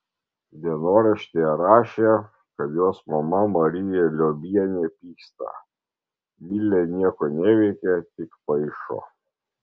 dienoraštyje rašė kad jos mama marija liobienė pyksta milė nieko neveikia tik paišo